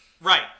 Right